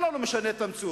זה לא משנה את המציאות.